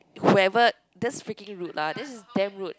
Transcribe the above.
whoever that's freaking rude lah that's damn rude